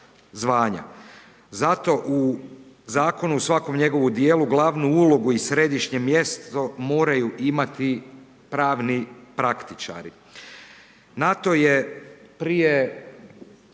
Zato u zakonu u svakom njegovom dijelu glavnu ulogu i središnje mjesto moraju imati pravni praktičari.